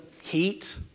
heat